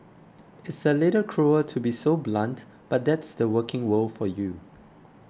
it's a little cruel to be so blunt but that's the working world for you